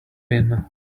bin